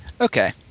Okay